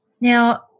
Now